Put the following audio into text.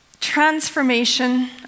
Transformation